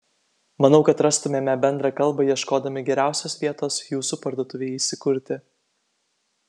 manau kad rastumėme bendrą kalbą ieškodami geriausios vietos jūsų parduotuvei įsikurti